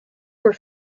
were